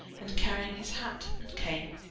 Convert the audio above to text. and carrying his hat and cane.